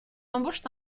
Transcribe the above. embauchent